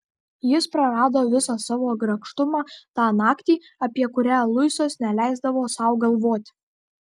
jis prarado visą savo grakštumą tą naktį apie kurią luisas neleisdavo sau galvoti